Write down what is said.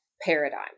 paradigm